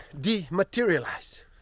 dematerialize